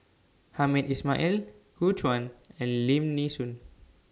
Hamed Ismail Gu Juan and Lim Nee Soon